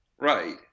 right